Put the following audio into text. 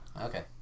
Okay